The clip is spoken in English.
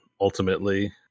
Ultimately